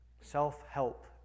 Self-help